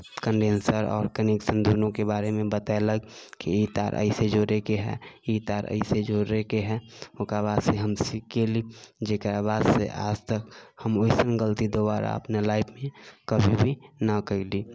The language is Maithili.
कन्डेन्शर आओर कनेक्शन दूनूके बारेमे बतैलक कि ई तार एहिसँ जोड़ेके हइ ई तार एहिसँ जोड़ेके हइ ओकर बादसँ हम सीख गेली जकरा बादसँ आजतक हम ओइसन गलती दुबारा अपने लाइफमे कभी भी नहि कएली